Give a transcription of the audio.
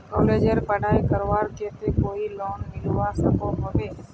कॉलेजेर पढ़ाई करवार केते कोई लोन मिलवा सकोहो होबे?